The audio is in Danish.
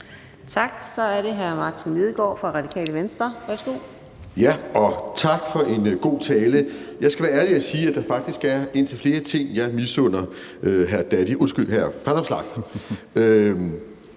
Tak. Så er det hr. Martin Lidegaard fra Radikale Venstre. Værsgo. Kl. 15:14 Martin Lidegaard (RV): Tak for en god tale. Jeg skal være ærlig og sige, at der faktisk er indtil flere ting, jeg misunder